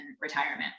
retirement